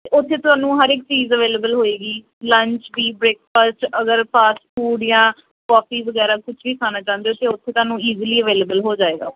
ਅਤੇ ਉੱਥੇ ਤੁਹਾਨੂੰ ਹਰ ਇੱਕ ਚੀਜ਼ ਅਵੇਲੇਬਲ ਹੋਏਗੀ ਲੰਚ ਵੀ ਬਰੇਕਫਾਸਟ ਅਗਰ ਫਾਸਟ ਫੂਡ ਜਾਂ ਕੌਫੀ ਵਗੈਰਾ ਕੁਛ ਵੀ ਖਾਣਾ ਚਾਹੁੰਦੇ ਹੋ ਤਾਂ ਉੱਥੇ ਤੁਹਾਨੂੰ ਇਜੀਲੀ ਅਵੇਲੇਬਲ ਹੋ ਜਾਏਗਾ